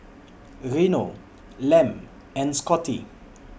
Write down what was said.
Reno Lem and Scotty